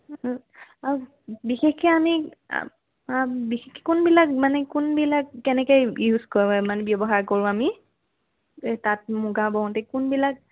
আৰু বিশেষকৈ আমি কোনবিলাক মানে কোনবিলাক কেনেকৈ ইউজ কৰে মানে মানে ব্যৱহাৰ কৰোঁ আমি এই তাঁত মুগা বওঁতে কোনবিলাক